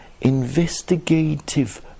investigative